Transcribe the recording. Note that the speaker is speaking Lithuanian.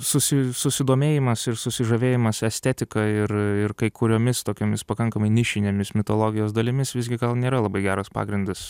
susi susidomėjimas ir susižavėjimas estetika ir kai kuriomis tokiomis pakankamai nišinėmis mitologijos dalimis visgi gal nėra labai geras pagrindas